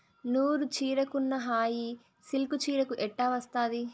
నూరు చీరకున్న హాయి సిల్కు చీరకు ఎట్టా వస్తాది